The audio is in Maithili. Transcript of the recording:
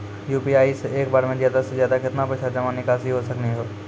यु.पी.आई से एक बार मे ज्यादा से ज्यादा केतना पैसा जमा निकासी हो सकनी हो?